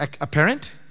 apparent